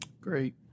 Great